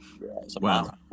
wow